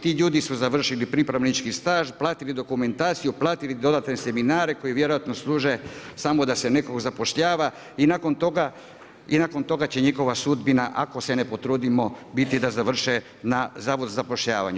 Ti ljudi su završili pripravnički staž, platili dokumentaciju, platili dodatne seminare, koje vjerojatno služe samo da se nekog zapošljava, i nakon toga, će njihova sudbina, ako se ne potrudimo, biti da završe na zavodu za zapošljavanju.